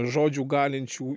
žodžių galinčių